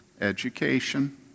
education